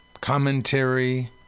commentary